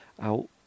out